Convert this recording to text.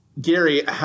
Gary